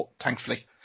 thankfully